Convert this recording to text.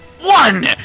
One